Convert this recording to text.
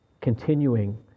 continuing